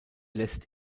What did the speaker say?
lässt